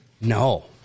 No